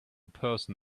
person